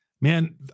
man